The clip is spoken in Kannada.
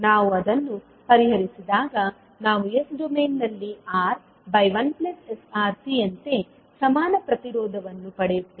ನಾವು ಅದನ್ನು ಪರಿಹರಿಸಿದಾಗ ನಾವು s ಡೊಮೇನ್ನಲ್ಲಿ R1sRC ಯಂತೆ ಸಮಾನ ಪ್ರತಿರೋಧವನ್ನು ಪಡೆಯುತ್ತೇವೆ